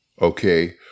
Okay